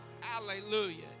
Hallelujah